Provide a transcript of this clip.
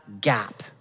gap